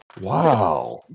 Wow